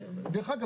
דרך אגב,